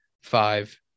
five